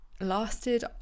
lasted